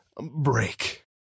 break